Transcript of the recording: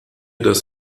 dass